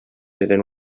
eren